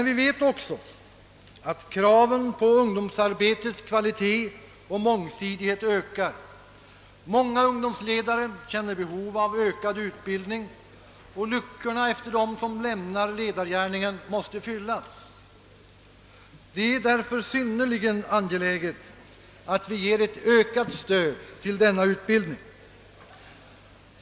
Vi vet också att kraven på ungdomsarbetets kvalitet och mångsidighet växer. Många ungdomsledare känner behov av vidgad utbildning, och luckorna efter dem som lämnar ledargärningen måste fyllas. Det är därför synnerligen angeläget att vi ger ett ökat stöd till denna utbildning.